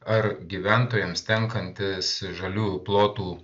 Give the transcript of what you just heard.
ar gyventojams tenkantis žalių plotų